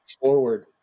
forward